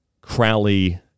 Crowley